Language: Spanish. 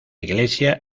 iglesia